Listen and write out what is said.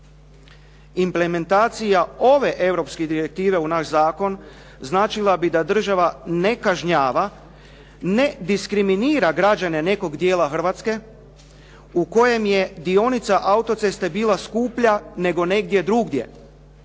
Implementacija ove europske direktive u naš zakon značila bi da država ne kažnjava, ne diskriminira građane nekog dijela Hrvatske u kojem je dionica autoceste bila skuplja nego negdje drugdje